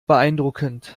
beeindruckend